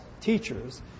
teachers